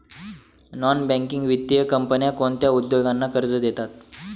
Non banking वित्तीय कंपन्या कोणत्या उद्योगांना कर्ज देतात?